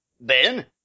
Ben